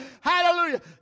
Hallelujah